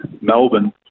Melbourne